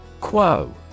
Quo